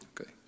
Okay